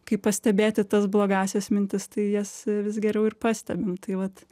kaip pastebėti tas blogąsias mintis tai jas vis geriau ir pastebim tai vat